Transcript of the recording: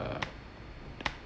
uh